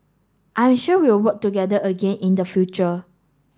I am sure we'll work together again in the future